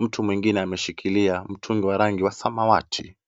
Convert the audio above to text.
mtu mwingine ameshikilia mtungi wa rangi wa samawati.